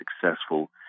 successful